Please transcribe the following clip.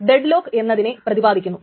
അപ്പോൾ ഈ ഒരു അപേക്ഷ നിരാകരിക്കപ്പെടുകയാണ്